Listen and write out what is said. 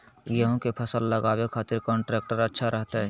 गेहूं के फसल लगावे खातिर कौन ट्रेक्टर अच्छा रहतय?